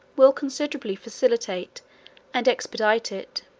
will considerably facilitate and expedite it